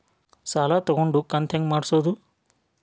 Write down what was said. ಸಾಲ ತಗೊಂಡು ಕಂತ ಹೆಂಗ್ ಮಾಡ್ಸೋದು?